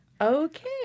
okay